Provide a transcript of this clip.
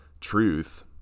truth